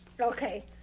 Okay